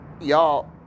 Y'all